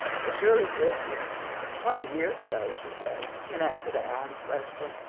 the shirleys lived here twenty years ago, she said, in answer to anne's question.